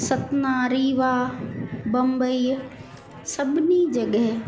सतना रीवा बंबई सभिनी जॻह